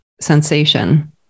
sensation